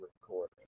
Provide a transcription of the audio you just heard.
recording